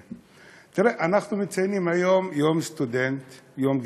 תראה, מציינים היום את יום הסטודנט, יום הגזענות,